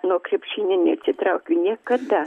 nuo krepšinio neatsitraukiu niekada